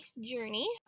journey